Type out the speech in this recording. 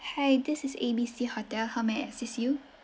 hi this is A B C hotel how may I assist you